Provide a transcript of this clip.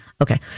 Okay